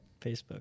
Facebook